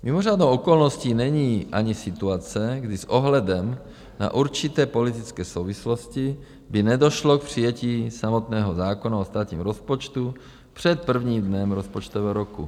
Mimořádnou okolností není ani situace, kdy s ohledem na určité politické souvislosti by nedošlo k přijetí samotného zákona o státním rozpočtu před prvním dnem rozpočtového roku.